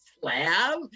slab